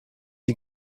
die